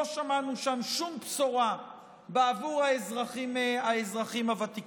לא שמענו שם שום בשורה בעבור האזרחים הוותיקים.